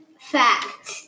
fact